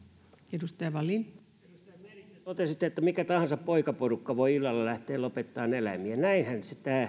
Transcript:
edustaja meri te totesitte että mikä tahansa poikaporukka voi illalla lähteä lopettamaan eläimiä näinhän